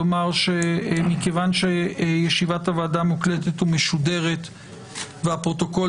מכיוון שישיבת הוועדה מוקלטת ומשודרת והפרוטוקול